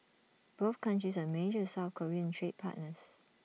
both countries are major south Korean trade partners